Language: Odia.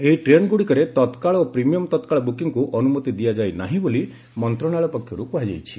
ଏହି ଟ୍ରେନ୍ଗୁଡ଼ିକରେ ତତ୍କାଳ ଓ ପ୍ରିମିୟମ୍ ତତ୍କାଳ ବୁକିଂକୁ ଅନୁମତି ଦିଆଯାଇ ନାହିଁ ବୋଲି ମନ୍ତଶାଳୟ ପକ୍ଷରୁ କୁହାଯାଇଛି